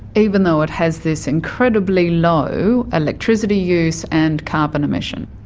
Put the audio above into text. even though it has this incredibly low electricity use and carbon emission.